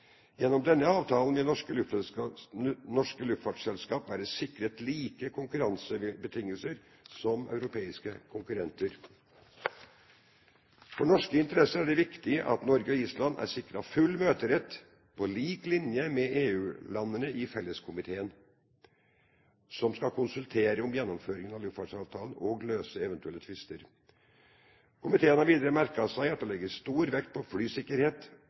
Gjennom denne avtalen vil norske luftfartsselskap være sikret samme konkurransebetingelser som europeiske konkurrenter. For norske interesser er det viktig at Norge og Island er sikret full møterett på lik linje med EU-landene i felleskomiteen, som skal konsultere om gjennomføringen av luftfartsavtalen, og løse eventuelle tvister. Komiteen har videre merket seg at det legges stor vekt på flysikkerhet,